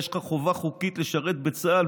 יש לך חובה חוקית לשרת בצה"ל,